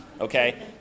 okay